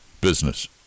business